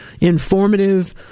informative